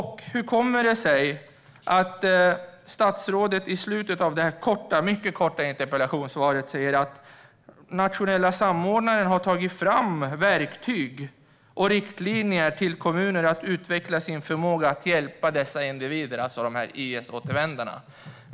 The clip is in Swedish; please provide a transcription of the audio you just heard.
Hur kommer det sig att statsrådet i slutet av detta mycket korta interpellationssvar säger att Nationella samordnaren har tagit fram verktyg och riktlinjer till kommuner att utveckla förmågan att hjälpa dessa individer, alltså IS-återvändarna?